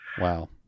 Wow